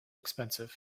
expensive